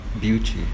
beauty